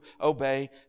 obey